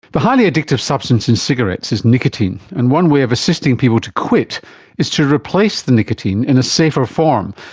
the highly addictive substance in cigarettes is nicotine, and one way of assisting people to quit is to replace the nicotine in a safer form,